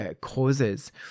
causes